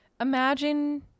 Imagine